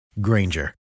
Granger